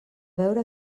veure